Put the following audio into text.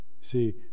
See